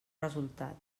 resultat